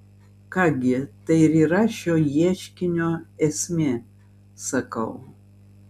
ką gi tai ir yra šio ieškinio esmė sakau